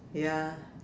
ya